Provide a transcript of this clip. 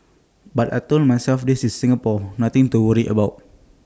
but I Told myself this is Singapore nothing to worry about